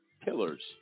pillars